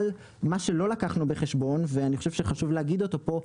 אבל מה שלא לקחנו בחשבון ואני חושב שכדאי להגיד אותו פה,